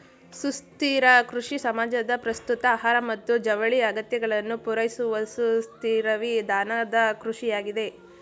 ಸುಸ್ಥಿರ ಕೃಷಿ ಸಮಾಜದ ಪ್ರಸ್ತುತ ಆಹಾರ ಮತ್ತು ಜವಳಿ ಅಗತ್ಯಗಳನ್ನು ಪೂರೈಸುವಸುಸ್ಥಿರವಿಧಾನದಕೃಷಿಯಾಗಿದೆ